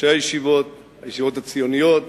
ראשי הישיבות, הישיבות הציוניות,